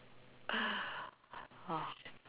!wah!